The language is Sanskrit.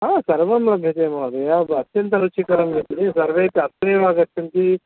हा सर्वं लभ्यते महोदय अत्यन्तं रुचिकरं लभ्यते सर्वेपि अत्रैव आगच्छन्ति